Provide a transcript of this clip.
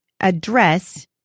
address